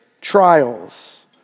trials